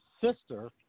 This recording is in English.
sister